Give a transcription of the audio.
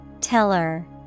Teller